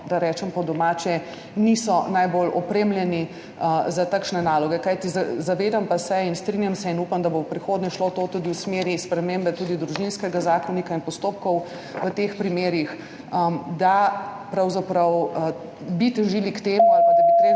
da rečem po domače, niso najbolj opremljeni za takšne naloge, kajti zavedam se, strinjam se in upam, da bo v prihodnje šlo tudi v smer spremembe Družinskega zakonika in postopkov v teh primerih, da bi pravzaprav težili k temu ali pa da bi trend